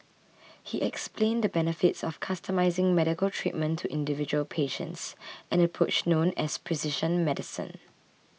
he explained the benefits of customising medical treatment to individual patients an approach known as precision medicine